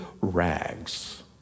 rags